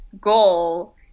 goal